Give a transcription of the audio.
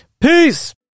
Peace